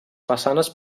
façanes